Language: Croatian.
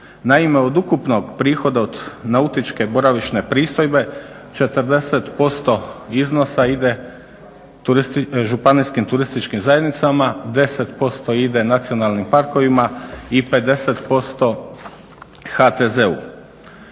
Naime, od ukupnog prihoda od nautičke boravišne pristojbe 40% iznosa ide županijskim turističkim zajednicama, 10% ide nacionalnim parkovima i 50% HTZ-u.